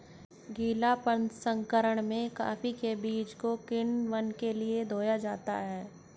गीला प्रसंकरण में कॉफी के बीज को किण्वन के लिए धोया जाता है